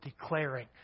declaring